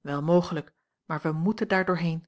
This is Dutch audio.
wel mogelijk maar wij moeten daar doorheen